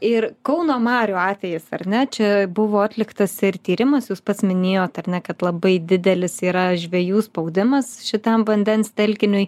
ir kauno marių atvejis ar ne čia buvo atliktas ir tyrimas jūs pats minėjot ar ne kad labai didelis yra žvejų spaudimas šitam vandens telkiniui